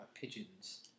Pigeons